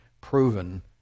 proven